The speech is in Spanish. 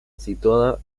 situada